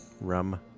Rum